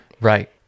right